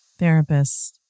Therapists